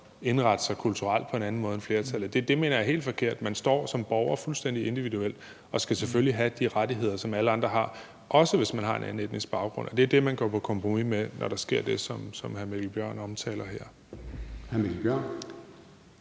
indrette sig kulturelt på en anden måde end flertallet, mener jeg er helt forkert. Man står som borger fuldstændig individuelt og skal selvfølgelig have de rettigheder, som alle andre har, også hvis man har en anden etnisk baggrund. Og det er det, man går på kompromis med, når der sker det, som hr. Mikkel Bjørn omtaler her.